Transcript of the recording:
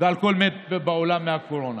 ועל כל מת בעולם מהקורונה,